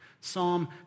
Psalm